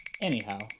Anyhow